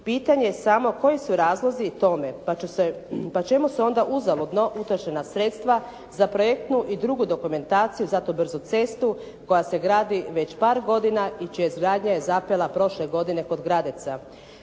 pitanje samo koji su razlozi tome, pa čemu se onda uzaludno utrošena sredstva za projektnu i drugu dokumentaciju za tu brzu cestu koja se gradi već par godina i čija izgradnja je zapela prošle godine kod Gradeca.